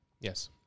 Yes